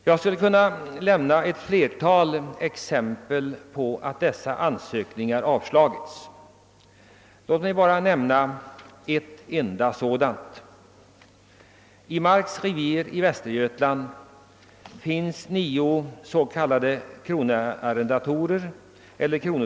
Jag skulle kunna lämna ett flertal exempel härpå men skall endast nämna ett.